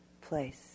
place